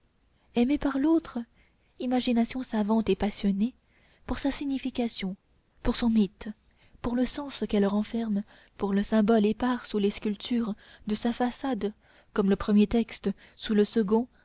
aimée par l'autre imagination savante et passionnée pour sa signification pour son mythe pour le sens qu'elle renferme pour le symbole épars sous les sculptures de sa façade comme le premier texte sous le second